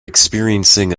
experiencing